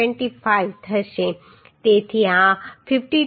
25 થશે તેથી આ 52